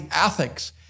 ethics